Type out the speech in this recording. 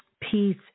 peace